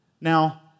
Now